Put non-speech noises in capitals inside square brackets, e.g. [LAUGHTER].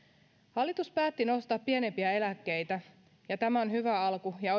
hallitus päätti nostaa pienimpiä eläkkeitä ja tämä on hyvä alku ja [UNINTELLIGIBLE]